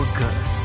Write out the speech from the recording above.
good